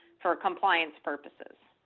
for compliance purposes?